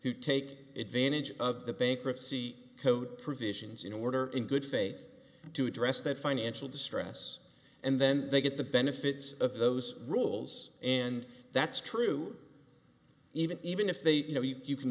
who take advantage of the bankruptcy code provisions in order in good faith to address that financial distress and then they get the benefits of those rules and that's true even even if they you know you can